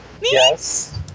Yes